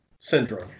syndrome